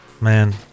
Man